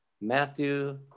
Matthew